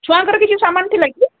ଛୁଆଙ୍କର କିଛି ସାମାନ ଥିଲା କି